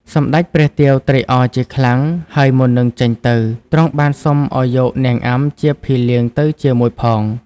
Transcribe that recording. សម្តេចព្រះទាវត្រេកអរជាខ្លាំង ហើយមុននឹងចេញទៅ ទ្រង់បានសុំឲ្យយកនាងអាំជាភីលៀងទៅជាមួយផង។